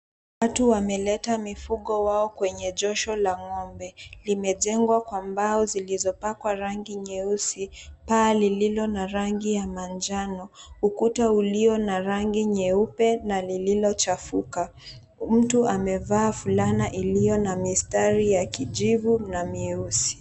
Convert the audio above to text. Watu wameleta mifugo wao kwenye josho la ng'ombe. Limejengwa kwa mbao zilizopakwa rangi nyeusi, paa lililo na rangi ya manjano, ukuta ulio na rangi nyeupe na lililochafuka. Mtu amevaa fulana iliyo na mistari ya kijivu na mieusi.